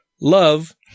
Love